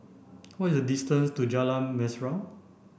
what is the distance to Jalan Mesra